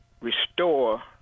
restore